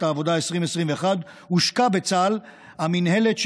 העבודה 2021-2020 הושקה בצה"ל המינהלת,